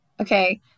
Okay